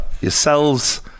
yourselves